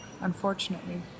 unfortunately